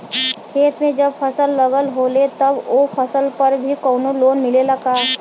खेत में जब फसल लगल होले तब ओ फसल पर भी कौनो लोन मिलेला का?